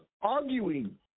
arguing